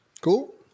Cool